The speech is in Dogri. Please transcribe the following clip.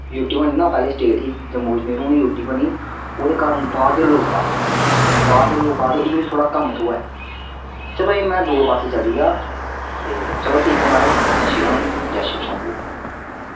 यू टी बनी ना पैह्लें स्टेट ही हून यू टी बनी ना ओह्दे कारण बाह्र दे लोग आवा दे बाह्र दे लोग आवा दे उ'नें गी थोह्ड़ा कम्म थ्होऐ चलो इ'यां दूऐ पासै चली जा ते चलो ठीक ऐ म्हाराज जै श्री राम जै शिव शंभु